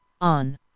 On